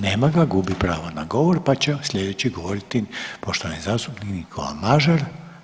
Nema ga, gubi pravo na govor pa će sljedeći govoriti poštovani zastupnik Nikola Mažar.